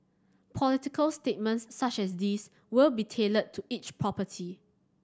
political statements such as these will be tailored to each property